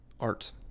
Art